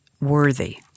worthy